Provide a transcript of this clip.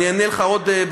אני אענה לך עוד,